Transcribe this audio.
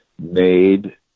made